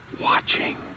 watching